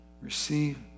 receive